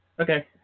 Okay